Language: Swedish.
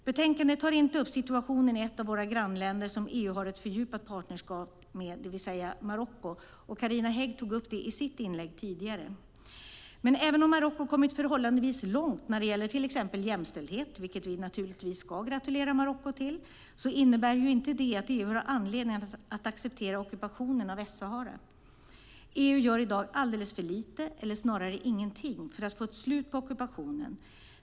Utlåtandet tar inte upp situationen i ett av våra grannländer som EU har ett fördjupat partnerskap med, det vill säga Marocko. Carina Hägg tog upp detta i sitt inlägg tidigare. Även om Marocko har kommit förhållandevis långt när det gäller till exempel jämställdhet, vilket vi naturligtvis ska gratulera Marocko till, innebär inte det att EU har anledning att acceptera ockupationen av Västsahara. EU gör i dag alldeles för lite, eller snarare ingenting, för att få ett slut på ockupationen av Västsahara.